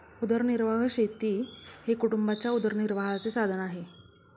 उदरनिर्वाह शेती हे कुटुंबाच्या उदरनिर्वाहाचे साधन आहे